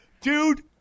dude